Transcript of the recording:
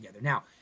Now